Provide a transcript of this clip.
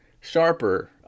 sharper